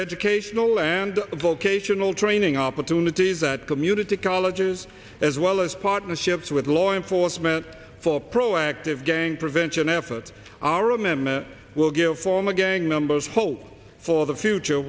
educational and vocational training opportunities at community colleges as well as partnerships with law enforcement for proactive gang prevention efforts r m m will give former gang members hope for the future